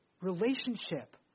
Relationship